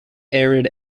arid